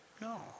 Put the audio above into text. no